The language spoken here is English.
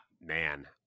man